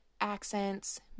accents